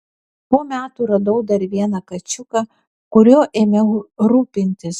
po metų radau dar vieną kačiuką kuriuo ėmiau rūpintis